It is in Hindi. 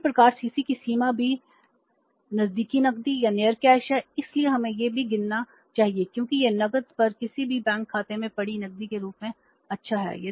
इसी प्रकार CC की सीमा भी नज़दीकी नकदी है इसलिए हमें यह भी गिनना चाहिए क्योंकि यह नकद या किसी भी बैंक खाते में पड़ी नकदी के रूप में अच्छा है